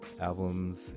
albums